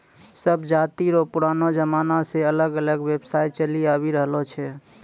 सब जाति रो पुरानो जमाना से अलग अलग व्यवसाय चलि आवि रहलो छै